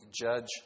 judge